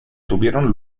tuvieron